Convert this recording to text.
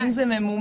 אם זה ממומש,